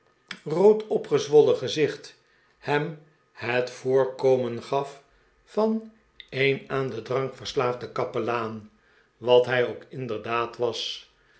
rood opgezwollen gezicht hem het voorkomen gaf van een aan den drank verslaafden kapelaan wat hij ook inderdaad was